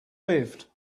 lived